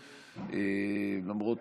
למרות,